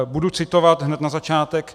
Budu citovat hned na začátek: